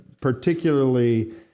particularly